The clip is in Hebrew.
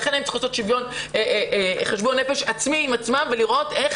לכן הן צריכות לעשות חשבון נפש עצמי עם עצמן ולראות איך